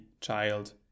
child